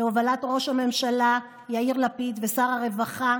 בהובלת ראש הממשלה יאיר לפיד ושר הרווחה